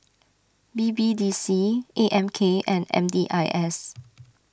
B B D C A M K and M D I S